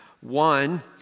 one